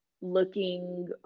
looking